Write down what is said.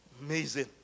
Amazing